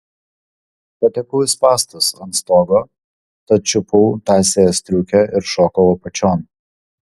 patekau į spąstus ant stogo tad čiupau tąsiąją striukę ir šokau apačion